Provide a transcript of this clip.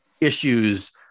issues